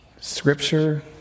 scripture